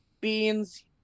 beans